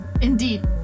Indeed